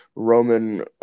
Roman